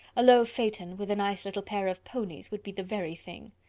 a low phaeton, with a nice little pair of ponies, would be the very thing.